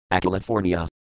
California